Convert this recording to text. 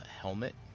helmet